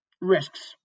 risks